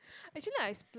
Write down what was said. actually I splurge